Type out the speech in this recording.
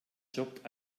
jobbt